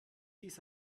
dies